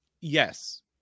yes